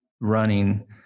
running